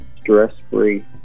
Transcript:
stress-free